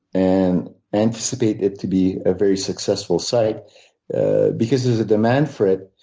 and anticipate it to be a very successful site because there's a demand for it,